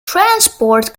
transport